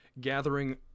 Gathering